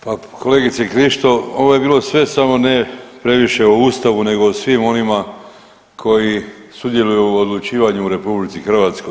Pa kolegice Krišto ovo je bilo sve samo ne previše o Ustavu nego o svim onima koji sudjeluju u odlučivanju u RH.